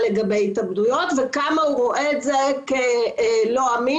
לגבי התאבדויות וכמה הוא רואה את זה כלא אמין.